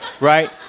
right